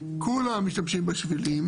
כולם משתמשים בשבילים.